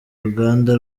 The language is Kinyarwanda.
uruganda